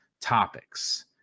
topics